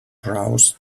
browsed